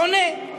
שונה.